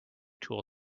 tool